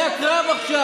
זה הקרב עכשיו.